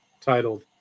titled